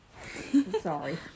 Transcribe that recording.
sorry